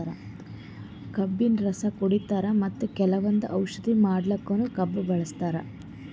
ಕಬ್ಬಿನ್ ರಸ ಕುಡಿತಾರ್ ಮತ್ತ್ ಕೆಲವಂದ್ ಔಷಧಿ ಮಾಡಕ್ಕನು ಕಬ್ಬ್ ಬಳಸ್ತಾರ್